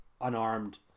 unarmed